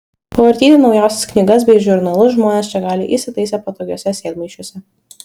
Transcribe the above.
pavartyti naujausias knygas bei žurnalus žmonės čia gali įsitaisę patogiuose sėdmaišiuose